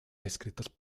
escritos